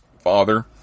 father